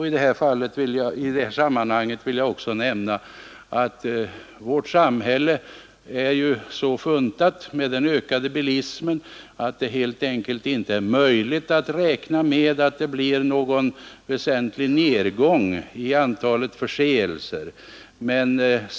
I detta sammanhang vill jag också nämna att vårt samhälle är så funtat med den ökade bilismen att det helt enkelt inte är möjligt att räkna med någon väsentlig nedgång i antalet förseelser.